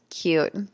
cute